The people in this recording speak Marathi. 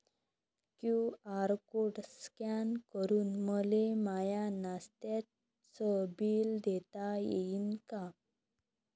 क्यू.आर कोड स्कॅन करून मले माय नास्त्याच बिल देता येईन का?